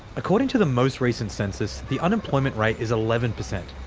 according to the most recent census the unemployment rate is eleven percent,